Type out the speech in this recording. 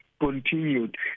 continued